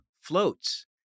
floats